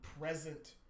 present